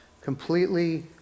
completely